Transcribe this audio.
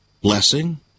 Blessing